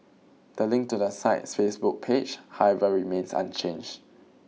the link to the site's Facebook page however remains unchanged